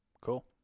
Cool